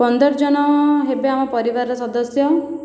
ପନ୍ଦର ଜଣ ହେବେ ଆମ ପରିବାରର ସଦସ୍ୟ